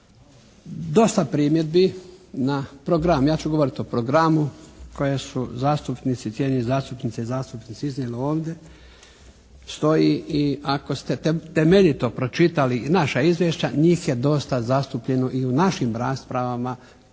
Dosta primjedbi na program, ja ću govoriti o programu o kojem su zastupnici, cijenjene zastupnice i zastupnici iznijeli ovdje stoji i ako ste temeljito pročitali naša izvješća njih je dosta zastupljeno i u našim raspravama